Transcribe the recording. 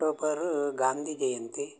October Gandhi Jayanti